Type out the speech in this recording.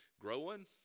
growing